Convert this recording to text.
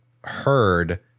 heard